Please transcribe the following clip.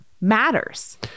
matters